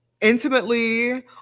intimately